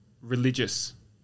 religious